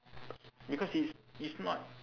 because it's it's not